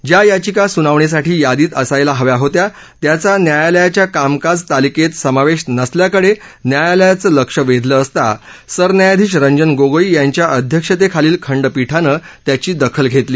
ज्या याचिका सुनावणीसाठी यादीत असायला हव्या होत्या त्याचा न्यायालयाच्या कामकाज तालीकेत समावेश नसल्याकडे न्यायालयाचं लक्ष वेधलं असता सरन्यायाधीश रंजन गोगोई यांच्या अध्यक्षतेखाली खंडपीठानं याची दखल घेतली